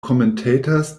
commentators